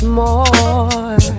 more